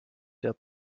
der